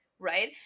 right